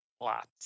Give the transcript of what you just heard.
Lots